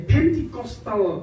Pentecostal